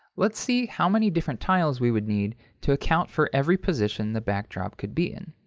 let's see how many different tiles we would need to account for every position the backdrop could be in.